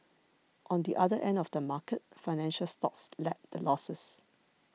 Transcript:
on the other end of the market financial stocks led the losses